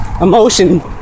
emotion